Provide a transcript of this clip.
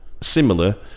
similar